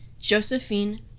Josephine